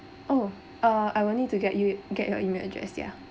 oh uh I will need to get you get your email address ya